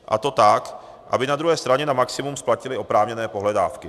A to tak, aby na druhé straně na maximum splatili oprávněné pohledávky.